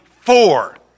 four